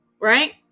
right